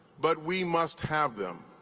but we must have them.